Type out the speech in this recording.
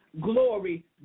Glory